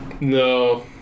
No